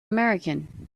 american